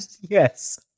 Yes